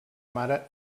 mare